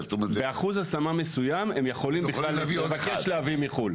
באחוז השמה מסוים הם יכולים לבקש להביא מחוץ לארץ.